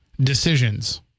decisions